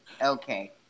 Okay